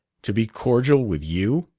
to be cordial with you?